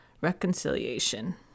reconciliation